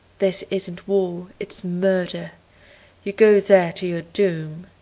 this isn't war, it's murder you go there to your doom.